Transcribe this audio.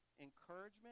encouragement